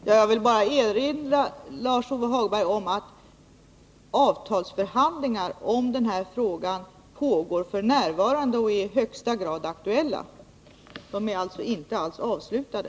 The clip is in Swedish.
Herr talman! Jag vill bara erinra Lars-Ove Hagberg om att avtalsförhandlingar om den här frågan f. n. pågår och är i högsta grad aktuella. De är alltså inte alls avslutade.